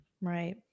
Right